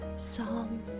Psalm